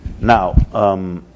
Now